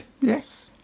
Yes